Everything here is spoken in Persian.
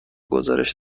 گزارش